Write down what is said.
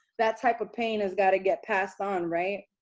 that type of pain has got to get passed on, right?